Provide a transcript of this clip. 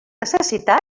necessitat